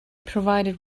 provided